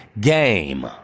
game